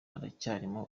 haracyarimo